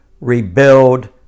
rebuild